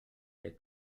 der